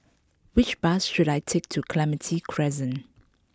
which bus should I take to Clementi Crescent